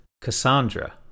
Cassandra